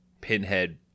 Pinhead